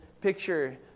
picture